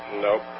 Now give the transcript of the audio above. Nope